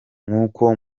nko